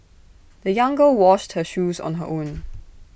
the young girl washed her shoes on her own